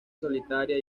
solitaria